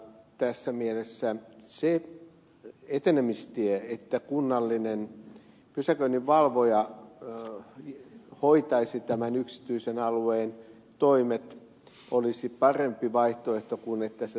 tässä mielessä se etenemistie että kunnallinen pysäköinninvalvoja hoitaisi tämän yksityisen alueen toimet olisi parempi vaihtoehto kuin että se tapahtuisi muuten